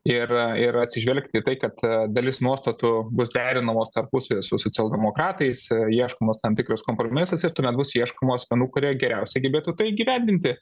ir ir atsižvelgti į tai kad dalis nuostatų bus derinamos tarpusavyje su socialdemokratais ieškomas tam tikras kompromisas ir tuomet bus ieškoma asmenų kurie geriausiai gebėtų tai įgyvendinti